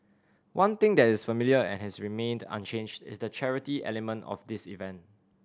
one thing that is familiar and has remained unchanged is the charity element of this event